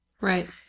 Right